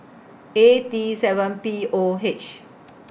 A T seven P O H